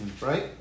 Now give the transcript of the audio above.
Right